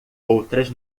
outras